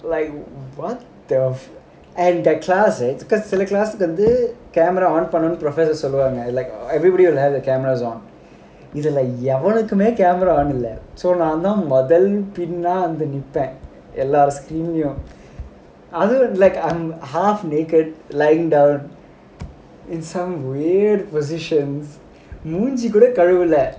like what they are off and the class கு வந்து:ku vanthu camera on பண்ணனும்னு:pannanumnu professor சொல்வாங்க:solvaanga like everybody have the cameras on இதுல எவனுக்குமே:idhula evanukumae camera on இல்ல நான் வந்து முதல் பின்னா வந்து நிப்பேன் எல்லா:illa naan vanthu muthal pinna vanthu nippen ellaa screen லேயும்:laeyum other than like I'm half naked lying down in some weird positions மூஞ்சி கூட கழுவல:moonchi kooda kazhuvala